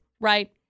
right